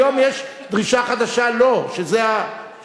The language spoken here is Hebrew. היום יש דרישה חדשה, לא, שזה המולדת.